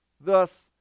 Thus